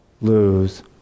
lose